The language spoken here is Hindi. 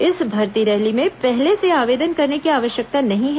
इस भर्ती रैली में पहले से आवेदन करने की आवश्कता नहीं है